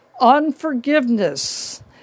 Unforgiveness